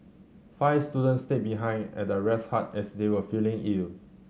five students stayed behind at the rest hut as they were feeling ill